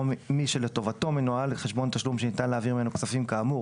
או מי שלטובתו מנוהל חשבון תשלום שניתן להעביר ממנו כספים כאמור,